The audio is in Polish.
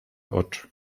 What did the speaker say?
oczy